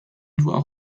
doit